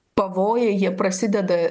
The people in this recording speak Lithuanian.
pavojai jie prasideda